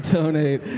donate.